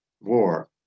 war